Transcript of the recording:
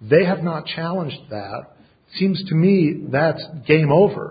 they have not challenge that seems to me that's game over